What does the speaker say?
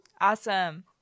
Awesome